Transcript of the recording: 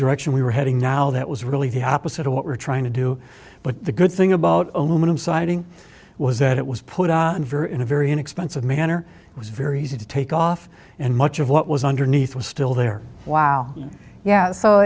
direction we were heading now that was really the opposite of what we're trying to do but the good thing about aluminum siding was that it was put on in a very inexpensive manner it was very easy to take off and much of what was underneath was still there wow yeah so